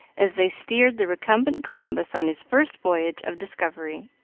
as they steered the recumbent columbus on his first voyage of discovery.